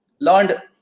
learned